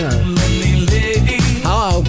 Hello